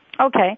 Okay